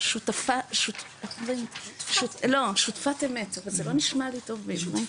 שותפת אמת, אבל זה לא נשמע לי טוב בעברית,